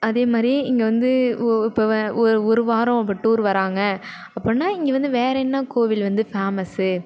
அதேமாதிரி இங்கே வந்து ஒரு இப்போ வ ஒரு வாரம் இப்போ டூர் வராங்க அப்புடின்னா இங்கேயிருந்து வேற என்ன கோவில் வந்து ஃபேமஸ்ஸு